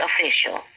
official